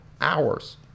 hours